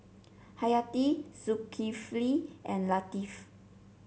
Hayati Zulkifli and Latif